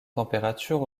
température